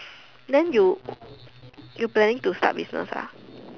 then you you planning to start business ah